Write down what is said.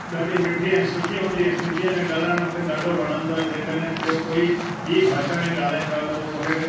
ॾाढी मिठी ऐं सुठी हूंदी हुई सिंधीअ में ॻाल्हाइणु मूंखे ॾाढो वणंदो आहे जेकॾहिं ॿियो कोई ॿीं भाषा में ॻाल्हाईंदो आहे त उहो मूंखे